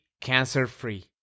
cancer-free